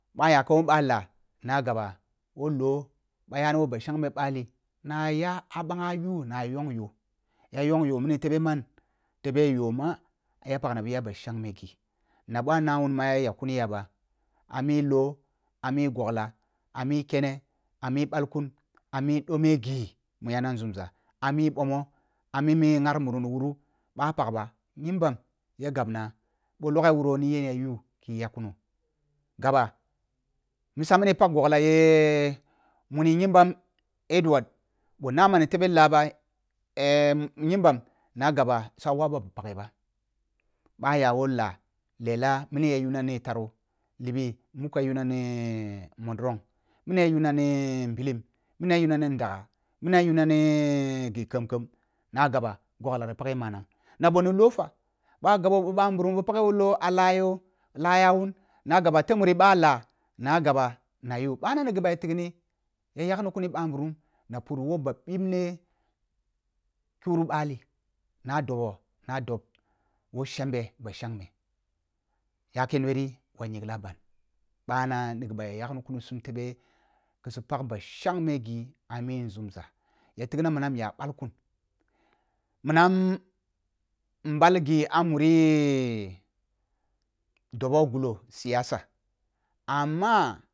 Ba ya ka meh ba lah na gaba woh loh ba yani woh ba shangme bali na ya ah ɓangha ju na yong yoh ya yonh yoh mini tebe man tebe yoh ma ya pagna biya na shengme ghi na boh ane wuni ya yak kuni ya ɓa ami loh ami gogla ami kene amu ɓalkun ami dome ghi mu yana nzumza ami bomo amimi ngyar muru woh wuru ba pag ba nyinbam ya gabna boh logho ah wuro ni yen ya yu ya yak kuno gaba misa mi ni pag logla ye – je muni nyimbam edward boh na ma ni tebe lah ɓa nyombam na gaba sa waba ba paghe ba ba’a ya wo la lela mini ya yera ni taro lini muko ya yuna ni mollong mini ya yuna ni nbilim mini ya yu na ni ndaga minī ya nuna ni gui khem-khem na gaba gogla paghe manang na boh ni loh fa boh a gabo boh ɓa nburun boh paghe woh loh a la yoh lah yumun na gaba teh muri ɓa la na gaba na yu ɓana ni ghi mu ya tigni ya yagni kuni ba nburum na puri wun ba bib ne kyuru ɓali na dobo na dob woh ɓau, ba shengne yake nuwe ri wa nyingla ban ba na ni ghi mu ya yaghi kuni sum tebe ƙisi pag ghi mu shengme ghi ami nzumza ya tigna min ani nya ɓalkun minan nɓal ghi ah muri dibi gulo siyasa amma.